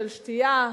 של שתייה,